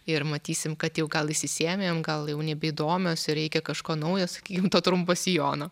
ir matysim kad jau gal išsisėmėm gal jau nebeįdomios ir reikia kažko naujo sakykim to trumpo sijono